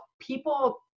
people